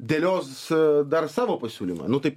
dėlios a dar savo pasiūlymą nu tai